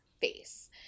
face